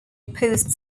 opposed